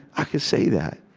i can say that,